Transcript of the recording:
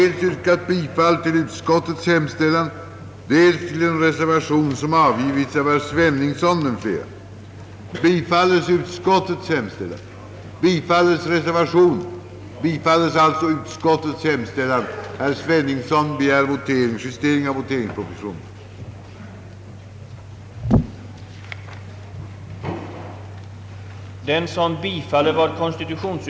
I sitt yttrande hade utskottet beträffande frågan om samverkan inom forskningen bland annat ansett det vara en angelägen uppgift för universitetskanslersämbetet att följa utvecklingen av samarbetet mellan universitetsoch högskoleinstitutioner samt näringslivet.